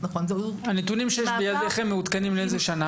לאיזו שנה הנתונים שיש בידיכם מעודכנים?